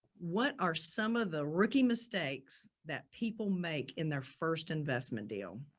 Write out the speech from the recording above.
what are some of the rookie mistakes that people make in their first investment deal?